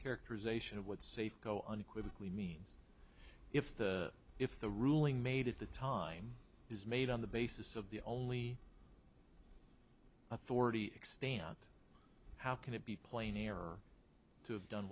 characterization of what safeco unequivocally means if the if the ruling made at the time is made on the basis of the only authority extend how can it be plain error to have done